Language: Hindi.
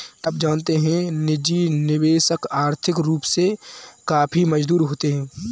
क्या आप जानते है निजी निवेशक आर्थिक रूप से काफी मजबूत होते है?